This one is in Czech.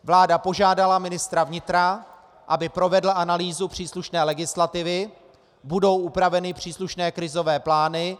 Vláda požádala ministra vnitra, aby provedl analýzu příslušné legislativy, budou upraveny příslušné krizové plány.